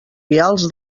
vials